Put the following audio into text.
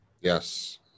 Yes